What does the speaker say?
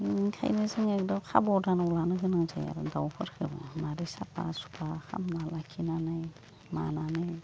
बेनिखायनो जोङो एकदम हाबदानाव लानो गोनां जायो आरो दावफोरखौबो मारै साफा सुफा खालामना लाखिनानै मानानै